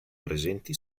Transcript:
presenti